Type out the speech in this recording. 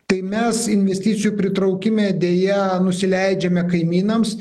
tai mes investicijų pritraukime deja nusileidžiame kaimynams